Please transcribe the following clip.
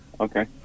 okay